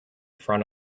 front